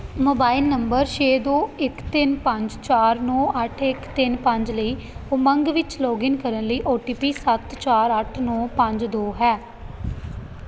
mobile number ਛੇ ਦੋ ਇੱਕ ਤਿੰਨ ਪੰਜ ਚਾਰ ਨੌਂ ਅੱਠ ਇੱਕ ਤਿੰਨ ਪੰਜ ਲਈ ਉਮੰਗ ਵਿੱਚ ਲੌਗਇਨ ਕਰਨ ਲਈ ਓ ਟੀ ਪੀ ਸੱਤ ਚਾਰ ਅੱਠ ਨੌਂ ਪੰਜ ਦੋ ਹੈ